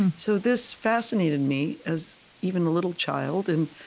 so this fascinated me, as even a little child, and